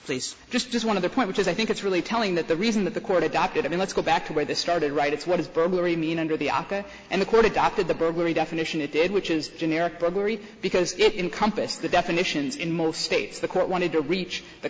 place just one of the point which is i think it's really telling that the reason that the court adopted i mean let's go back to where this started right it's what is burglary mean under the aca and the court adopted the burglary definition it did which is generic drug because it in compass the definitions in most states the court wanted to reach the